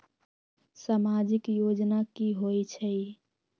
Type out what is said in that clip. समाजिक योजना की होई छई?